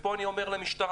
ופה אני אומר למשטרה